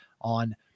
on